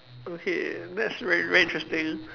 okay that's very very interesting